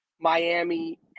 Miami